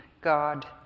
God